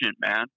man